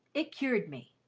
it cured me.